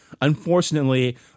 Unfortunately